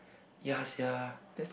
ya !sia!